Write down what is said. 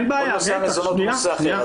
נושא המזונות הוא נושא אחר.